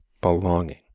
belonging